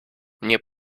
nie